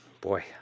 Boy